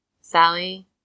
Sally